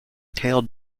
tailed